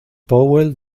powell